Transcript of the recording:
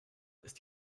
ist